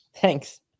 Thanks